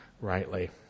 rightly